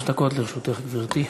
שלוש דקות לרשותך, גברתי.